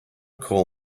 coal